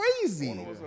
crazy